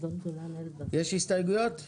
יש הסתייגויות?